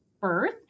birth